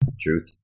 Truth